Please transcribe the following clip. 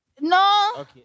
no